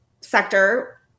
sector